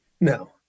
No